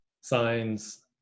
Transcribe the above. signs